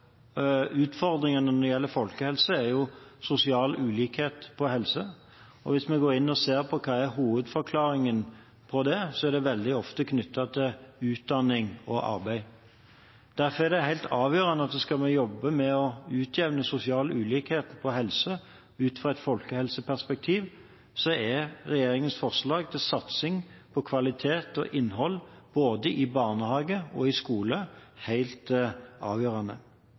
utfordringene når det gjelder folkehelse, er sosial ulikhet når det gjelder helse, og hvis vi går inn og ser på hva som er hovedforklaringen på det, er det veldig ofte knyttet til utdanning og arbeid. Skal vi jobbe med å utjevne sosial ulikhet når det gjelder helse, ut fra et folkehelseperspektiv, er regjeringens forslag til satsing på kvalitet og innhold både i barnehage og i skole derfor helt avgjørende.